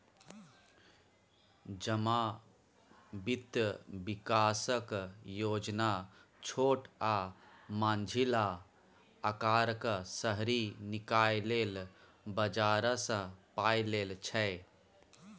जमा बित्त बिकासक योजना छोट आ मँझिला अकारक शहरी निकाय लेल बजारसँ पाइ लेल छै